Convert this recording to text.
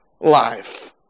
life